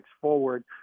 forward